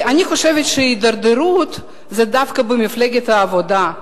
אני חושבת שההידרדרות היא דווקא במפלגת העבודה,